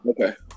Okay